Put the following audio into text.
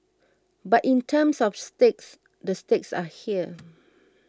but in terms of stakes the stakes are here